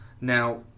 Now